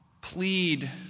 Plead